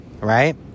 Right